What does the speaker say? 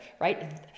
right